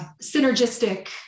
synergistic